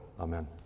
Amen